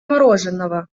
мороженного